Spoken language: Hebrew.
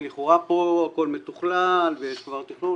שלכאורה כאן הכול מתוכלל ויש כבר תכלול.